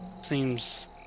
seems